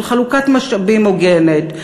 של חלוקת משאבים הוגנת,